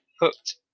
hooked